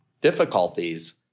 difficulties